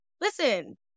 Listen